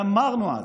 ואמרנו אז.